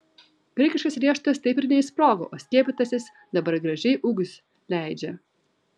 graikiškas riešutas taip ir neišsprogo o skiepytasis dabar gražiai ūgius leidžia